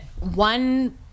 one